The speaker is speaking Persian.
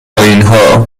پایینها